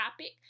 topic